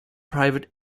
private